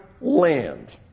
land